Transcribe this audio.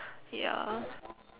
ya